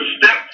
step